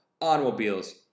automobiles